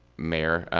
mayor,